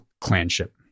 clanship